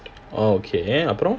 oh okay அப்பறம்:aparam